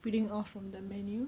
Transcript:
reading off from the menu